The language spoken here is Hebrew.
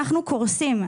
אנחנו קורסים.